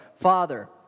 Father